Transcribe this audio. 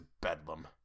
bedlam